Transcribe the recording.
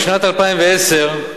בשנת 2010,